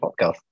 podcast